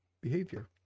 behavior